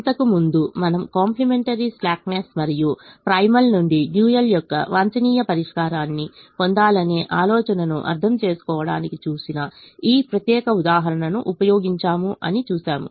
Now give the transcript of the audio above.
ఇంతకుముందు మనం complementary slackness మరియు ప్రైమల్ నుండి డ్యూయల్ యొక్క వాంఛనీయ పరిష్కారాన్ని పొందాలనే ఆలోచనను అర్థం చేసుకోవడానికి చూసిన ఈ ప్రత్యేక ఉదాహరణను ఉపయోగించాము అని చూసాము